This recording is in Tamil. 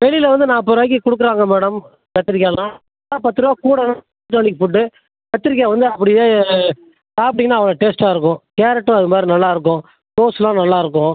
வெளியில் வந்து நாற்பது ரூபாய்க்கு கொடுக்குறாங்க மேடம் கத்திரிக்காயெல்லாம் பத்து ரூபா கூட ஆர்கானிக் ஃபுட்டு கத்திரிக்காய் வந்து அப்படியே சாப்பிட்டீங்கன்னா அவ்வளோ டேஸ்ட்டாக இருக்கும் கேரட்டும் அதுமாதிரி நல்லாயிருக்கும் கோஸெல்லாம் நல்லாயிருக்கும்